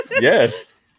yes